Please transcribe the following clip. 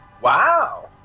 Wow